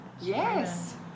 Yes